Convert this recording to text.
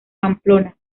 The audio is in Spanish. pamplona